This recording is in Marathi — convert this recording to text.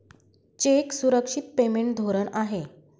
चेक सुरक्षित पेमेंट धोरण आहे